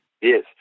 Yes